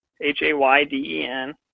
H-A-Y-D-E-N